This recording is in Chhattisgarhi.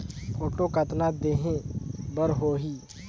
फोटो कतना देहें बर होहि?